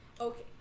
Okay